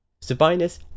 Sabinus